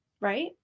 right